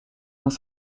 dans